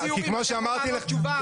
כי שמו שאמרתי ------ תשובה.